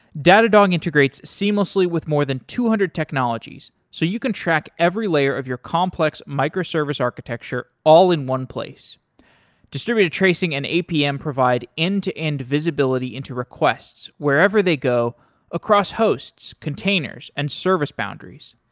datadog integrates seamlessly with more than two hundred technologies, so you can track every layer of your complex microservice architecture all in one place distributed tracing and apm provide end-to-end and visibility into requests wherever they go across hosts, containers and service boundaries.